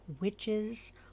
witches